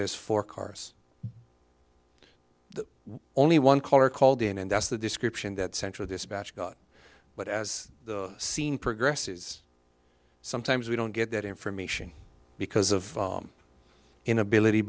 as four cars only one caller called in and that's the description that central dispatch got but as the scene progress is sometimes we don't get that information because of inability